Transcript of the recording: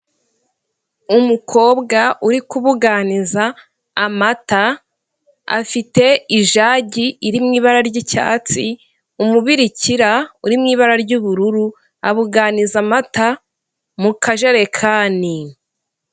Umukobwa uri kubuganiza amata, afite ijagi iri mu ibara ry'icyatsi, umubirikira uri mu ibara ry'ubururu, abuganiza amata mu kajerekani.